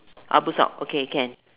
ah blue sock okay can